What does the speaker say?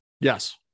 Yes